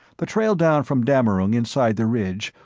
the trail down from dammerung inside the ridge,